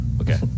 Okay